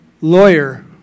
lawyer